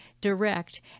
direct